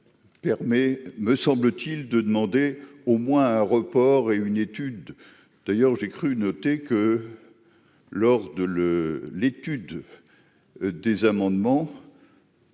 exécutif. Me semble-t-il, de demander au moins un report et une étude d'ailleurs, j'ai cru noter que lors de le l'étude des amendements.